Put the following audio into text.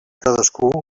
cadascú